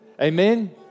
Amen